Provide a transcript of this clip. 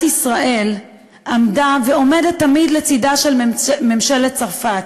ישראל עמדה ועומדת תמיד לצדה של ממשלת צרפת,